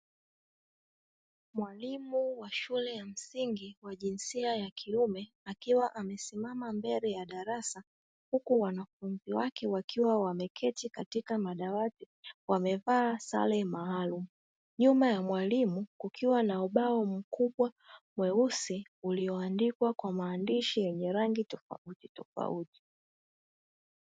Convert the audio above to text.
Mwalimu wa shule ya msingi wa jinsia ya kiume akiwa amesimama mbele ya darasa huku wanafunzi wake, wakiwa wameketi katika madawati wamevaa sare maalumu nyuma ya mwalimu kukiwa na ubao mkubwa mweusi ulioandikwa kwa maandishi yenye rangi tofauti tofauti.